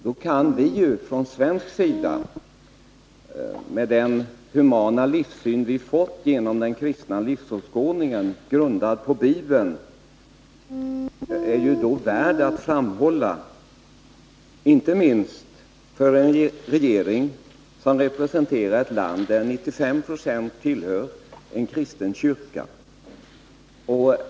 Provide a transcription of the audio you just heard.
Då kan vi från svensk sida, med den humana livssyn vi fått genom den kristna livsåskådningen, grundad på Bibeln, hävda att denna livssyn är värd att framhålla, inte minst av en regering som representerar ett land där 95 96 av befolkningen tillhör en kristen kyrka.